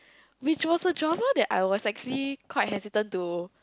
which was a drama that I was actually quite hesitated to